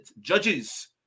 judges